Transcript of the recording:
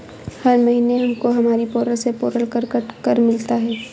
हर महीने हमको हमारी पेरोल से पेरोल कर कट कर मिलता है